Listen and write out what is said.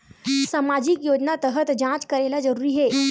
सामजिक योजना तहत जांच करेला जरूरी हे